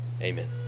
Amen